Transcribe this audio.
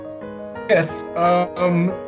Yes